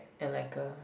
and like a